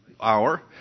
Hour